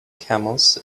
camels